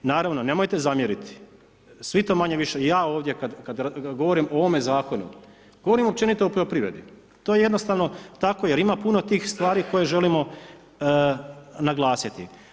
Naravno, nemojte zamjeriti, svi to manje-više, ja ovdje kada govorim o ovome zakonu, govorim općenito o poljoprivredi, to je jednostavno tako jer ima puno tih stvari koje želimo naglasiti.